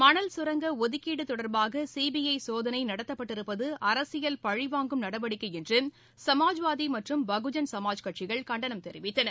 மணல் கரங்க ஒதுக்கீடு தொடர்பாக சிபிஐ சோதனை நடத்தப்பட்டிருப்பது அரசியல் பழிவாங்கும் நடவடிக்கை என்று சமாஜ்வாதி மற்றும் பகுஜன் சமாஜ் கட்சிகள் கண்டனம் தெரிவித்தன